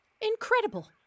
incredible